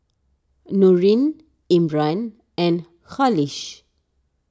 Nurin Imran and Khalish